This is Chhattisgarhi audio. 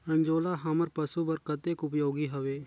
अंजोला हमर पशु बर कतेक उपयोगी हवे?